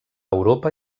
europa